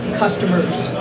customers